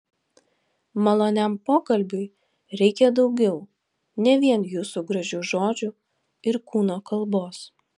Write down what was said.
maloniam pokalbiui reikia daugiau ne vien jūsų gražių žodžių ir kūno kalbos